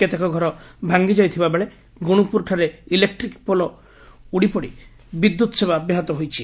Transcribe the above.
କେତେକ ଘର ଭାଙ୍ଗିଯାଇଥିବା ବେଳେ ଗୁଣ୍ପୁରଠାରେ ଇଲେକ୍ଟ୍ରିକ୍ ପୋଲ୍ ଉପୁଡ଼ିପଡ଼ି ବିଦ୍ୟୁତ୍ ସେବା ବ୍ୟାହତ ହୋଇଛି